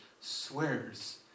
Swears